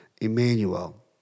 Emmanuel